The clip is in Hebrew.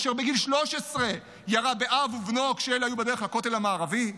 אשר בגיל 13 ירה באב ובנו כשאלה היו בדרך לכותל המערבי?